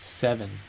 Seven